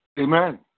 Amen